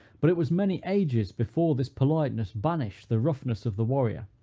but it was many ages before this politeness banished the roughness of the warrior,